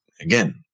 Again